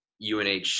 unh